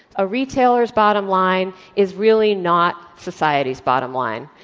a retailer's bottom line is really not society's bottom line.